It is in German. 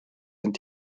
sind